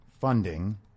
funding